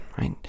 right